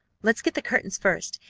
let's get the curtains first,